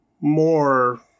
more